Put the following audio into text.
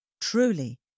Truly